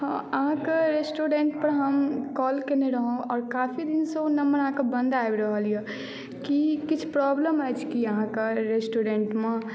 हँ अहाँके रेस्टुरेन्टपर हम कॉल कयने रहौँ काफी दिनसँ ओ नम्बर अहाँके बन्द आबि रहल यए की किछु प्रॉब्लम अछि की अहाँके रेस्टुरेन्टमे